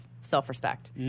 self-respect